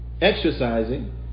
exercising